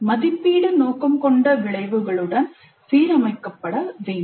மதிப்பீடு நோக்கம் கொண்ட விளைவுகளுடன் சீரமைக்கப்பட வேண்டும்